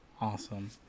awesome